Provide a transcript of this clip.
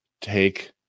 take